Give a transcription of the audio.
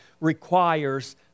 requires